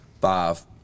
five